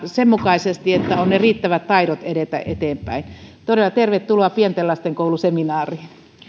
sen mukaisesti että on riittävät taidot edetä eteenpäin todella tervetuloa pienten lasten koulu seminaariin